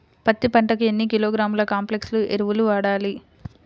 పత్తి పంటకు ఎన్ని కిలోగ్రాముల కాంప్లెక్స్ ఎరువులు వాడాలి?